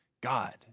God